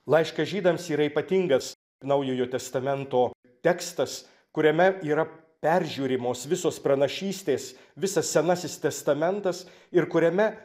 laiškas žydams yra ypatingas naujojo testamento tekstas kuriame yra peržiūrimos visos pranašystės visas senasis testamentas ir kuriame